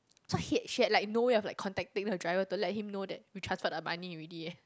so he she had no way of contacting the driver to let him know that we transferred the money already eh